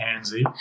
handsy